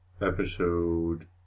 episode